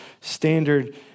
standard